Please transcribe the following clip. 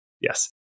Yes